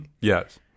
Yes